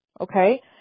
okay